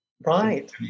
Right